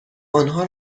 آنها